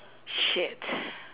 shit